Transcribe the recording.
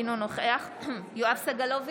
אינו נוכח יואב סגלוביץ'